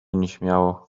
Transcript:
nieśmiało